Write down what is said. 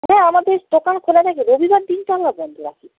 হ্যাঁ আমাদের দোকান খোলা থাকে রবিবার দিনটা আমরা বন্ধ রাখি